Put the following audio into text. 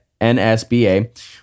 NSBA